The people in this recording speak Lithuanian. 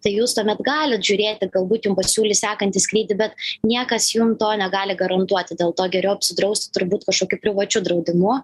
tai jūs tuomet galit žiūrėti galbūt jum pasiūlys sekantį skrydį bet niekas jum to negali garantuoti dėl to geriau apsidrausti turbūt kažkokiu privačiu draudimu